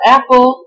Apple